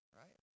right